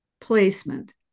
placement